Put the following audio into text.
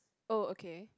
oh okay